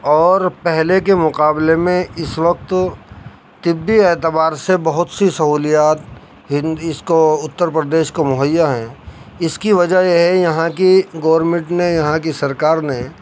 اور پہلے کے مقابلے میں اس وقت طبی اعتبار سے بہت سی سہولیات اس کو اتر پردیش کو مہیا ہیں اس کی وجہ یہ ہے یہاں کی گورنمنٹ نے یہاں کی سرکار نے